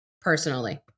personally